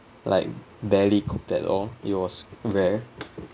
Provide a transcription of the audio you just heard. like barely cooked at all it was rare